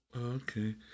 Okay